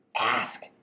ask